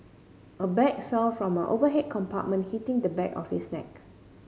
a bag fell from an overhead compartment hitting the back of his neck